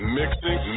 mixing